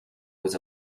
was